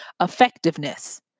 effectiveness